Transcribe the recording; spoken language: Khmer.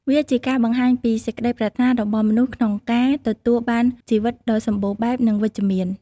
វាជាការបង្ហាញពី សេចក្តីប្រាថ្នារបស់មនុស្សក្នុងការទទួលបានជីវិតដ៏សម្បូរបែប និងវិជ្ជមាន។